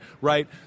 right